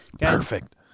Perfect